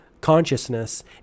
consciousness